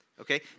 okay